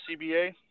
CBA